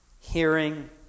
hearing